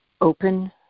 open